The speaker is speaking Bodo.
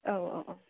औ औ